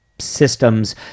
systems